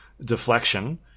deflection